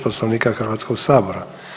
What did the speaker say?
Poslovnika Hrvatskog sabora.